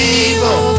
evil